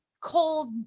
cold